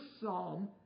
psalm